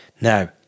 now